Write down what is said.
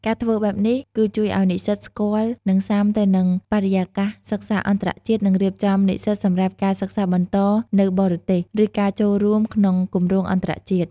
ការធ្វើបែបនេះគឺជួយឱ្យនិស្សិតស្គាល់ និងស៊ាំទៅនឹងបរិយាកាសសិក្សាអន្តរជាតិនឹងរៀបចំនិស្សិតសម្រាប់ការសិក្សាបន្តនៅបរទេស ឬការចូលរួមក្នុងគម្រោងអន្តរជាតិ។